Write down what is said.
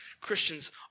Christians